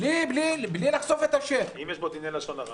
אני לא עשיתי את זה לפני שנכנסתי לפוליטיקה,